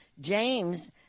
James